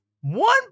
one